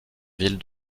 ville